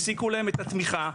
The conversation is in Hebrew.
הפסיקו להם את התמיכה,